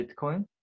Bitcoin